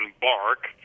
bark